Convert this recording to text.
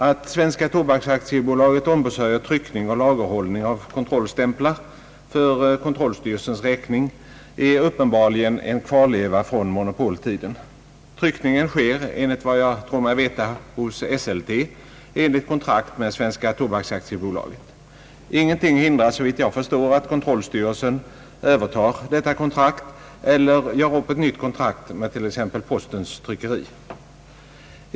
Att Svenska tobaksaktiebolaget ombesörjer tryckning och lagerhållning av kontrollstämplar för kontrollstyrelsens räkning är uppenbarligen en kvarleva från monopoltiden. Tryckningen sker, enligt vad jag tror mig veta, hos Esselte enligt kontrakt med Svenska tobaksaktiebolaget. Ingenting hindrar såvitt jag förstår att kontrollstyrelsen övertar detta kontrakt eller gör upp ett nytt kontrakt med t.ex. postens tryckeri.